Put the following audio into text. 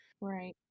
right